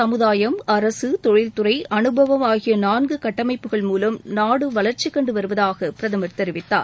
சமுதாயம் அரசு தொழில்துறை அனுபவம் ஆகிய நான்கு கட்டமைப்புகள் மூவம் நாடு வளர்ச்சி கண்டு வருவதாக பிரதமர் தெரிவித்தார்